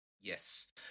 Yes